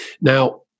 now